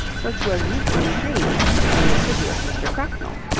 which was neatly retrieved by the assiduous mr. cracknell.